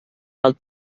del